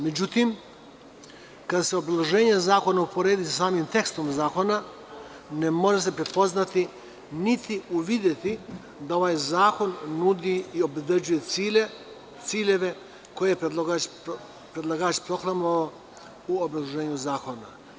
Međutim, kada se obrazloženje zakona uporedi sa samim tekstom zakona, ne može se pretpostaviti, niti uvideti da ovaj zakon nudi i obezbeđuje ciljeve koje je predlagač proklamovao u obrazloženju zakona.